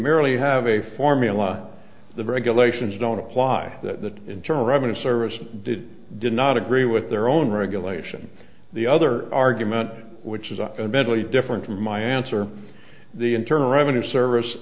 merely have a formula the regulations don't apply the internal revenue service did did not agree with their own regulation the other argument which is a medley different from my answer the internal revenue service